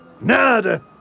nada